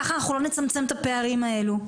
כך אנחנו לא נצמצם את הפערים האלו.